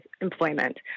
employment